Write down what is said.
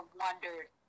wondered